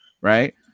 right